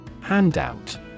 Handout